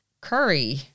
curry